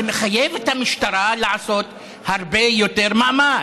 זה מחייב את המשטרה לעשות הרבה יותר מאמץ.